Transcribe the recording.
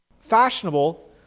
fashionable